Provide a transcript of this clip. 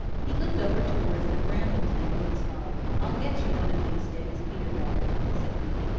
he looked over towards the bramble-tangle and snarled. i'll get you one of these days, peter rabbit, said he.